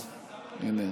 הינה,